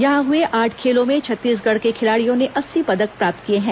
यहां हुए आठ खेलों में छत्तीसगढ़ के खिलाडियों ने अस्सी पदक प्राप्त किए हैं